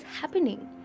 happening